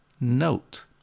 note